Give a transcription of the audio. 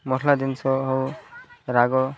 ମସଲା ଜିନିଷ ହଉ ରାଗ